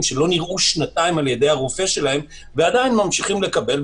שלא נראו שנתיים על-ידי הרופא שלהם ועדיין ממשיכים לקבל,